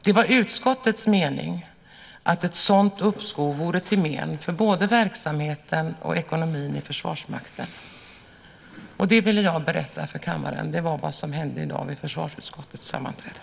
Det var utskottets mening att ett sådant uppskov vore till men för både verksamheten och ekonomin i Försvarsmakten. Det ville jag berätta för kammaren. Det var vad som hände i dag vid försvarsutskottets sammanträde.